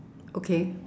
okay